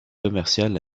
commerciales